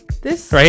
Right